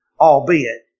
albeit